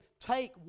take